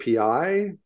API